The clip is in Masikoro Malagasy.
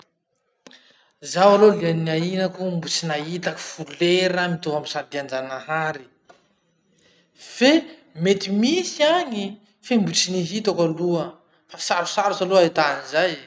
Zaho aloha liany niainako mbo tsy nahitaky folera mitovy amy saridian-janahary. Fe mety misy agny, fe mbo tsy nihitako aloha. Fa sarosarotry aloha ahità anizay.